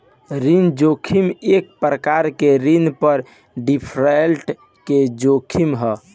ऋण जोखिम एक प्रकार के ऋण पर डिफॉल्ट के जोखिम ह